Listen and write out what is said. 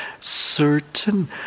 certain